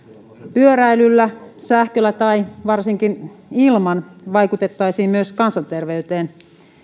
pyöräilyllä sähköllä tai varsinkin ilman vaikutettaisiin myös kansanterveyteen